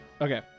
Okay